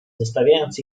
zostawiając